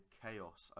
chaos